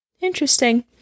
Interesting